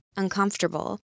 uncomfortable